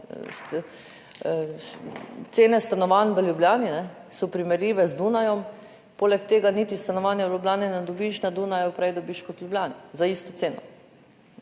cene stanovanj v Ljubljani so primerljive z Dunajem, poleg tega niti stanovanja v Ljubljani ne dobiš, na Dunaju prej dobiš, kot v Ljubljani za isto ceno.